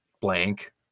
blank